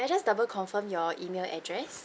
can I just double confirm your email address